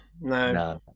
No